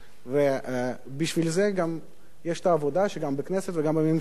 בשביל זה גם יש העבודה בכנסת וגם בממשלה.